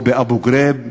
או באבו-גרייב.